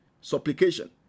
Supplication